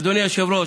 אדוני היושב-ראש,